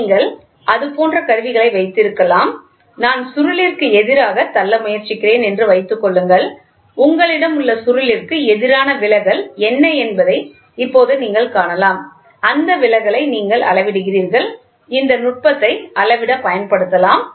நீங்கள் அது போன்ற கருவிகளையும் வைத்திருக்கலாம் நான் சுருளிற்கு எதிராக தள்ள முயற்சிக்கிறேன் என்று வைத்துக் கொள்ளுங்கள் உங்களிடம் உள்ள சுருளிற்கு எதிரான விலகல் என்ன என்பதை இப்போது நீங்கள் காணலாம் அந்த விலகலை நீங்கள் அளவிடுகிறீர்கள் இந்த நுட்பத்தையும் அளவிட பயன்படுத்தலாம்